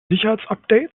sicherheitsupdates